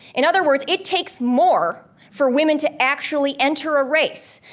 in other words, it takes more for women to actually enter a race.